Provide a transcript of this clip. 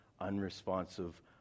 unresponsive